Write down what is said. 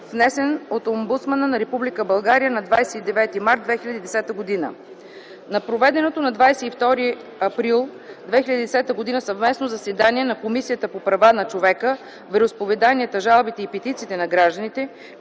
внесен от омбудсмана на Република България на 29 март 2010 г. На проведеното на 22 април 2010 г. съвместно заседание на Комисията по правата на човека, вероизповеданията, жалбите и петициите на гражданите,